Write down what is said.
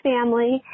Family